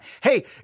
hey